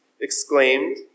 exclaimed